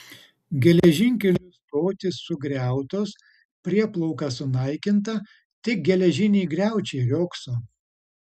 geležinkelio stotys sugriautos prieplauka sunaikinta tik geležiniai griaučiai riogso